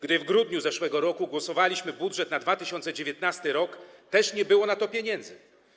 Gdy w grudniu zeszłego roku głosowaliśmy nad budżetem na 2019 r., też nie było na to pieniędzy.